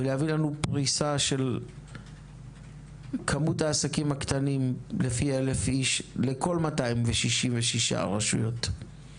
ולהביא לנו פריסה של כמות העסקים הקטנים לפי 1,000 איש לכל 266 הרשויות.